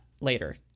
later